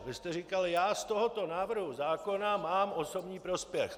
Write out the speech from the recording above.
Vy jste říkal: Já z tohoto návrhu zákona mám osobní prospěch.